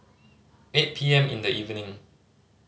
eight P M in the evening